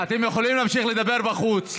חברים, אתם יכולים להמשיך לדבר בחוץ.